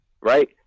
right